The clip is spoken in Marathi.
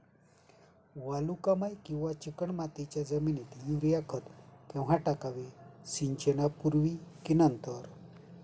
वालुकामय किंवा चिकणमातीच्या जमिनीत युरिया खत केव्हा टाकावे, सिंचनापूर्वी की नंतर?